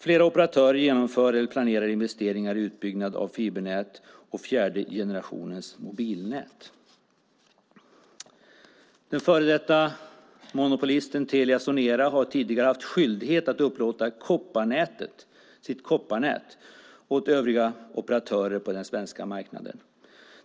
Flera operatörer planerar eller genomför investeringar i utbyggnad av fibernät och fjärde generationens mobilnät. Den före detta monopolisten Telia Sonera har tidigare haft skyldighet att upplåta sitt kopparnät åt övriga operatörer på den svenska marknaden.